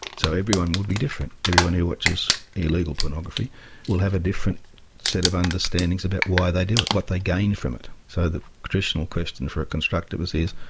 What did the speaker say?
so everyone would be different, everyone who watches illegal pornography will have a different set of understandings about why they do it, what they gain from it so that the traditional question from a constructivist is,